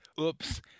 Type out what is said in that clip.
oops